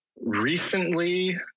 recently